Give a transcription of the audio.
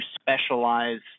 specialize